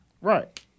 Right